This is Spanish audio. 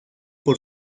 por